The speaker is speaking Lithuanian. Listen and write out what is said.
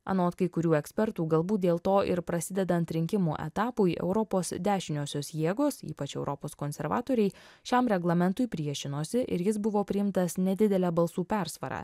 anot kai kurių ekspertų galbūt dėl to ir prasidedant rinkimų etapui europos dešiniosios jėgos ypač europos konservatoriai šiam reglamentui priešinosi ir jis buvo priimtas nedidele balsų persvara